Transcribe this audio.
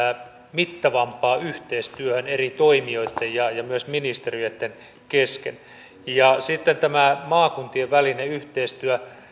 mittavampaan yhteistyöhön eri toimijoitten ja ja myös ministeriöitten kesken sitten tämä maakuntien välinen yhteistyö